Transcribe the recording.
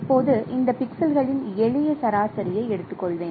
இப்போது இந்த பிக்சல்களின் எளிய சராசரியை எடுத்துக்கொள்வேன்